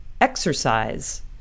exercise